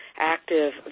active